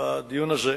בדיון הזה.